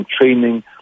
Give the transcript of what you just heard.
training